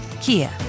Kia